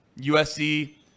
USC